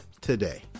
today